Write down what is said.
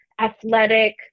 athletic